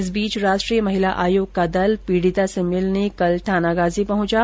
इस बीच राष्ट्रीय महिला आयोग का दल पीडिता से मिलने थानागाजी पहुंचा